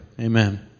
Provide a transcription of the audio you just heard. Amen